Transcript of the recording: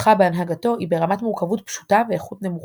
שפותחה בהנהגתו היא ברמת מורכבות פשוטה ואיכות נמוכה,